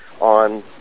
on